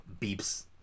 beeps